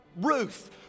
Ruth